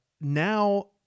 now